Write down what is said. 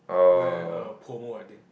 where err Pomo I think